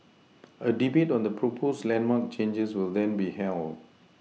a debate on the proposed landmark changes will then be held